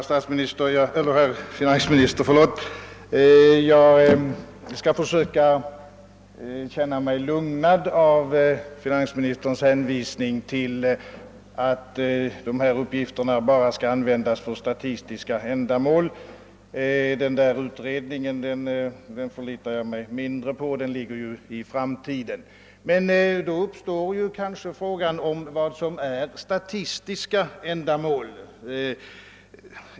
Herr talman! Jag skall försöka känna mig lugnad av finansministerns hänvisning till att de aktuella uppgifterna bara skall användas för statistiska ändamål. Den nämnda utredningen förlitar jag mig mindre på — den ligger ju i framtiden. Frågan är emellertid vad som är statistiska ändamål.